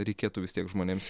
reikėtų vis tiek žmonėms